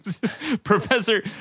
Professor